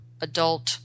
adult